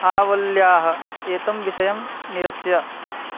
आवल्याः एतं विषयं निरस्य